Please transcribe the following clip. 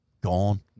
gone